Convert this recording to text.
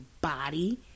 body